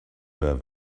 where